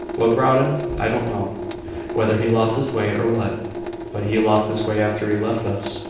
what brought him, i don't know whether he lost his way, or what but he lost his way after he left us.